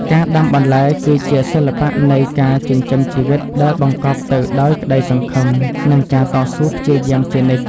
ការដាំបន្លែគឺជាសិល្បៈនៃការចិញ្ចឹមជីវិតដែលបង្កប់ទៅដោយក្តីសង្ឃឹម និងការតស៊ូព្យាយាមជានិច្ច។